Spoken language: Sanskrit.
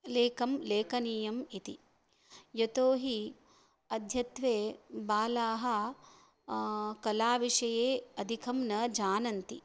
लेखनं लेखनीयम् इति यतो हि अद्यत्वे बालाः कलाविषये अधिकं न जानन्ति